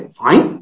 fine